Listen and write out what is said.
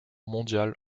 mondiale